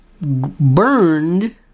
burned